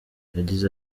yagize